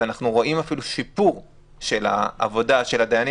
אנחנו רואים אפילו שיפור של העבודה של הדיינים